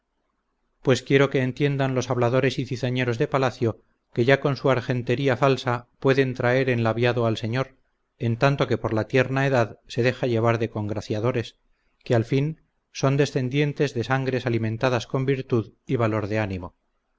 pues quiero que entiendan los habladores y zizañeros de palacio que ya con su argentería falsa pueden traer enlabiado al señor en tanto que por la tierna edad se deja llevar de congraciadores que al fin son descendientes de sangres alimentadas con virtud y valor de ánimo